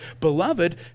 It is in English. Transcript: Beloved